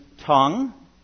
tongue